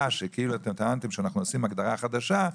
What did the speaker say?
שכאילו אתם טענתם שאנחנו עושים הגדרה חדשה,